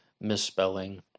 misspelling